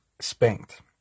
spanked